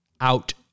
out